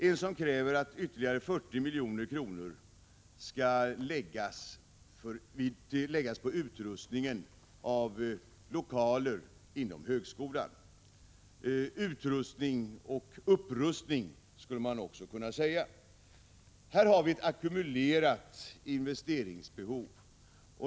Däri krävs att ytterligare 40 milj.kr. skall läggas på utrustning av lokaler inom högskolan. Utrustning och även upprustning, skulle man kunna säga. Här finns ett ackumulerat investeringsbehov.